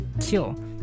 kill